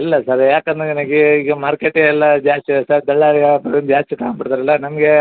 ಇಲ್ಲ ಸರ್ ಏಕಂದ್ರೆ ನನಗೆ ಈಗ ಮಾರ್ಕೆಟಿಗೆಲ್ಲ ಜಾಸ್ತಿ ಇದೆ ಸರ್ ದಲ್ಲಾಳಿ ಜಾಸ್ತಿ ತಗಂಬಿಡ್ತ್ರಲ್ಲ ನಮ್ಗೆ